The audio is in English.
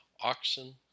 Oxen